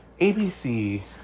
ABC